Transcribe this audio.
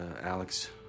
Alex